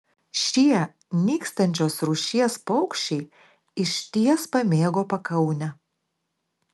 šie nykstančios rūšies paukščiai išties pamėgo pakaunę